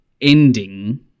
ending